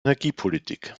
energiepolitik